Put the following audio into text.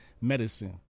medicine